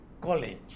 College